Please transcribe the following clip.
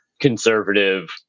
conservative